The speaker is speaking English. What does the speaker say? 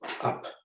up